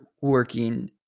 working